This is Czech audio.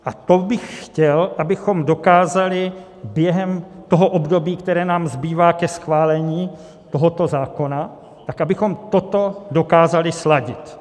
A to bych chtěl, abychom dokázali během toho období, které nám zbývá ke schválení tohoto zákona, tak abychom toto dokázali sladit.